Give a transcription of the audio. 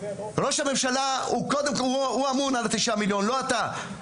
ראש הממשלה אמון על 9,000,000, לא אתה.